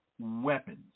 weapons